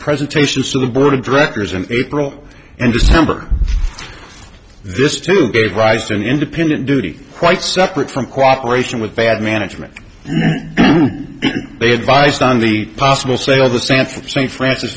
presentations to the board of directors and april and december this two gave rise to an independent duty quite separate from cooperation with bad management they advised on the possible sale of the south st francis